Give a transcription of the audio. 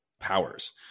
powers